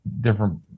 different –